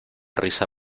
risa